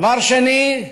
דבר שני,